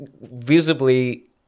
visibly